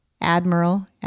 admiral